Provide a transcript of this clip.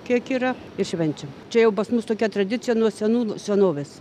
kiek yra ir švenčiam čia jau pas mus tokia tradicija nuo senų senovės